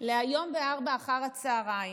להיום ב-16:00,